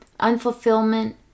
unfulfillment